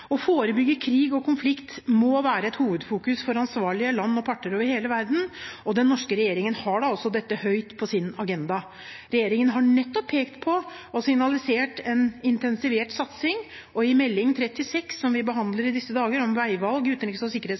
Å forebygge krig og konflikt må være et hovedfokus for ansvarlige land og parter over hele verden, og den norske regjeringen har da også dette høyt på sin agenda. Regjeringen har nettopp pekt på og signalisert en intensivert satsing, og i Meld. St. nr. 36 for 2016–2017, Veivalg i utenriks- og sikkerhetspolitikk, som vi behandler i disse dager,